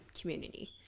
community